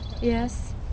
yes